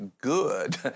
good